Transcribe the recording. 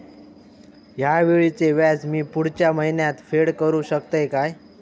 हया वेळीचे व्याज मी पुढच्या महिन्यात फेड करू शकतय काय?